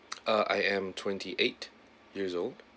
ah I am twenty-eight years old